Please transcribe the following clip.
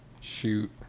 shoot